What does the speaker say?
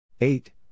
Eight